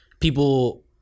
people